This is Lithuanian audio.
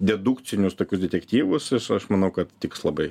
dedukcinius tokius detektyvus esu aš manau kad tiks labai